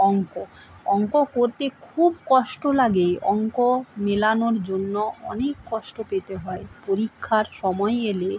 অঙ্ক অঙ্ক করতে খুব কষ্ট লাগে অঙ্ক মেলানোর জন্য অনেক কষ্ট পেতে হয় পরীক্ষার সময় এলে